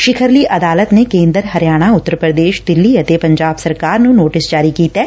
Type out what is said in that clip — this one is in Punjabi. ਸਿਖਰਲੀ ਅਦਾਲਤ ਨੇ ਪਟੀਸ਼ਨ ਚ ਕੇਦਰ ਹਰਿਆਣਾ ਉੱਤਰ ਪ੍ਰਦੇਸ਼ ਦਿੱਲੀ ਅਤੇ ਪੰਜਾਬ ਸਰਕਾਰ ਨੂੰ ਨੋਟਿਸ ਜਾਰੀ ਕੀਤੈ